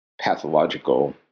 pathological